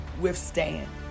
withstand